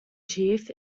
chief